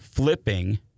Flipping